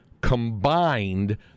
combined